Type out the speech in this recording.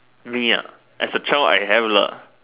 me ah as a child I have lah